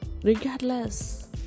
Regardless